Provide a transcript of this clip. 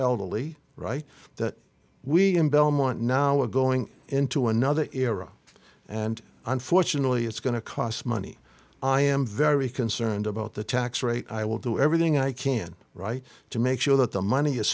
elderly right that we in belmont now are going into another era and unfortunately it's going to cost money i am very concerned about the tax rate i will do everything i can right to make sure that the money is